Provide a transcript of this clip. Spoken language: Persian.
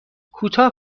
کوتاه